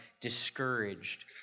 discouraged